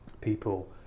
people